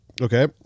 Okay